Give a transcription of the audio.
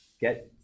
get